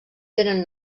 tenen